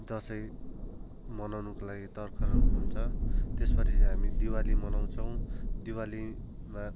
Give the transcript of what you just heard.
दसैँ मनाउनुको लागि तर्खर हुन्छ त्यसपछि हामी दिवाली मनाउछौँ दिवालीमा